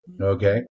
Okay